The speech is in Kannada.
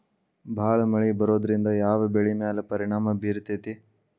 ಭಾಳ ಮಳಿ ಬರೋದ್ರಿಂದ ಯಾವ್ ಬೆಳಿ ಮ್ಯಾಲ್ ಪರಿಣಾಮ ಬಿರತೇತಿ?